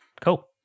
cool